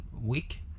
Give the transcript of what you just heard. week